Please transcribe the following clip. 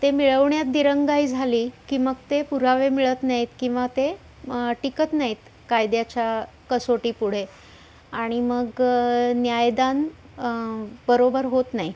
ते मिळवण्यात दिरंगाई झाली की मग ते पुरावे मिळत नाहीत किंवा ते टिकत नाहीत कायद्याच्या कसोटीपुढे आणि मग न्यायदान बरोबर होत नाही